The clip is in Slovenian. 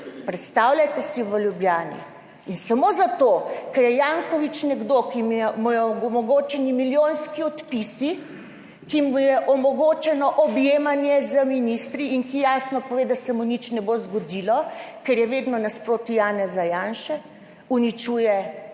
Predstavljajte si v Ljubljani, in samo zato, ker je Janković nekdo, ki mu omogočeni milijonski odpisi, ki mu je omogočeno objemanje z ministri, in ki jasno pove, da se mu nič ne bo zgodilo, ker je vedno nasproti Janeza Janše, uničuje